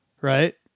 right